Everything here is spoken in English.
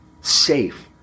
safe